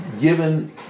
given